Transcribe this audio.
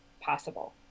possible